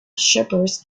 shepherds